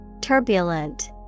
Turbulent